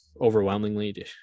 overwhelmingly